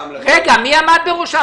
רגע, מי עמד בראשה?